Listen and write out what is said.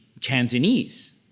Cantonese